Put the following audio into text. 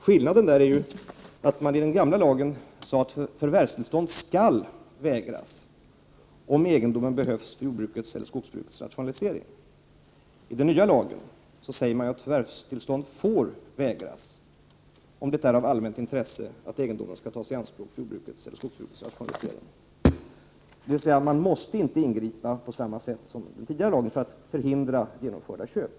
Skillnaden mellan dessa är att det i den gamla lagen sades att förvärvstillstånd skall vägras, om egendomen behövs för jordbrukets eller skogsbrukets rationalisering. I den nya lagen sägs det att förvärvstillstånd får vägras, om det är av allmänt intresse att egendomen tas i anspråk för jordbrukets eller skogsbrukets rationalisering. Man måste alltså inte ingripa på samma sätt som enligt den gamla lagen för att förhindra genomförda köp.